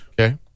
Okay